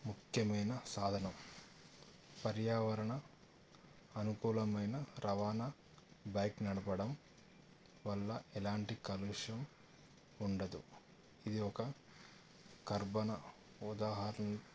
ముఖ్యమైన సాధనం పర్యావరణ అనుకూలమైన రవాణా బైక్ నడపడం వల్ల ఎలాంటి కలుష్యం ఉండదు ఇది ఒక కర్భణ ఉదాహరణ